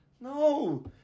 No